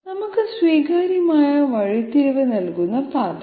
നമുക്ക് സ്വീകാര്യമായ വഴിത്തിരിവ് നൽകുന്ന പാത